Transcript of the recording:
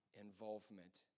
involvement